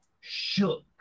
Shook